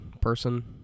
person